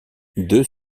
deux